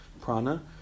prana